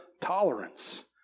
tolerance